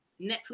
Netflix